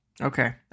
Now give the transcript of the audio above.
Okay